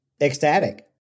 ecstatic